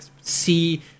see